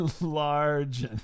Large